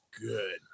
good